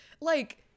like-